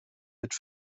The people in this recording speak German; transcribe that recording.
mit